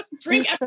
Drink